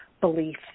belief